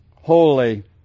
holy